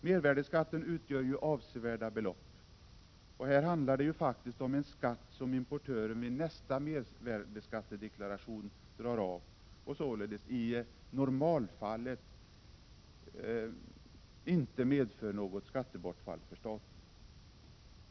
Mervärdeskatten utgör ju avsevärda belopp, och här handlar det ju faktiskt om en skatt, som importören vid nästa mervärdeskattedeklaration drar av och som således i normalfallet inte medför något skattebortfall för staten.